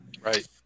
Right